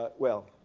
but well,